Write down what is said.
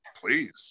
please